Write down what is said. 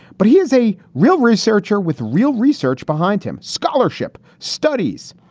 but he is a real researcher with real research behind him. scholarship studies.